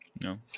no